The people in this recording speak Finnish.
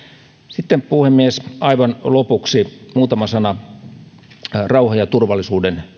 sitten puhemies aivan lopuksi muutama sana rauhan ja turvallisuuden